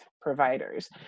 providers